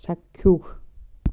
চাক্ষুষ